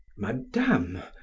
madame,